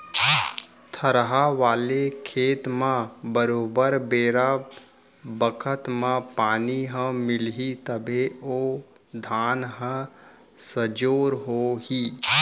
थरहा वाले खेत म बरोबर बेरा बखत म पानी ह मिलही तभे ओ धान ह सजोर हो ही